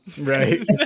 Right